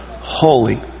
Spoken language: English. Holy